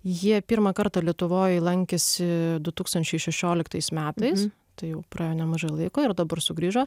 jie pirmą kartą lietuvoj lankėsi du tūkstančiai šešioliktais metais jau praėjo nemažai laiko ir dabar sugrįžo